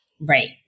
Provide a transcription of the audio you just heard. Right